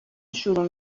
شروع